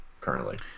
currently